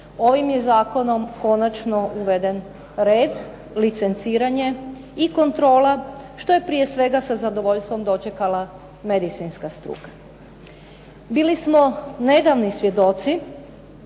ovim je Zakonom konačno uveden red, licenciranje, kontrola što je prije svega sa zadovoljstvom dočekala medicinska struka. Bili smo nedavno svjedoci,